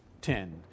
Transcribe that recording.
ten